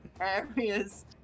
areas